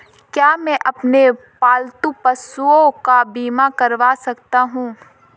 क्या मैं अपने पालतू पशुओं का बीमा करवा सकता हूं?